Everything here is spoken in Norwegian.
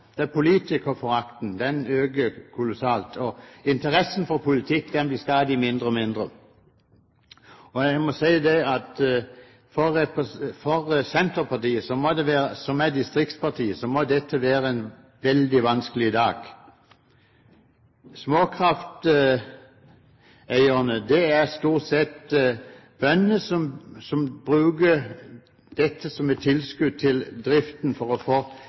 Politikerforakten øker kolossalt, og interessen for politikk blir stadig mindre. Jeg må si at for Senterpartiet, som er et distriktsparti, må dette være en veldig vanskelig dag. Småkrafteierne er stort sett bønder som bruker dette som et tilskudd til driften for å få